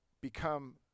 become